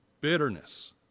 bitterness